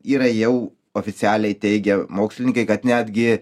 yra jau oficialiai teigia mokslininkai kad netgi